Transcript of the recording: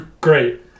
great